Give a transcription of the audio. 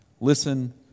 Listen